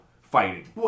fighting